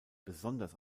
besonders